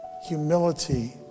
humility